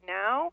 now